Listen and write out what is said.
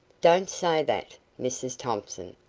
don't say that, mrs thompson,